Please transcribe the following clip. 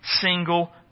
single